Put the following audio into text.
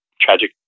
tragic